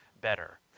better